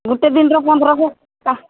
ଗୋଟେ ଦିନର ପନ୍ଦର ଶହ ଟଙ୍କା